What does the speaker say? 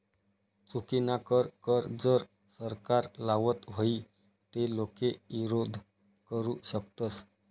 चुकीनाकर कर जर सरकार लावत व्हई ते लोके ईरोध करु शकतस